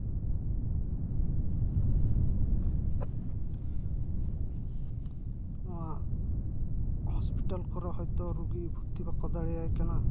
ᱱᱚᱣᱟ ᱦᱚᱸᱥᱯᱤᱴᱟᱞ ᱠᱚᱨᱮ ᱦᱚᱭᱛᱳ ᱨᱩᱜᱤ ᱵᱷᱩᱨᱛᱤ ᱵᱟᱠᱚ ᱫᱟᱲᱮᱭᱟᱭ ᱠᱟᱱᱟ